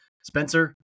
Spencer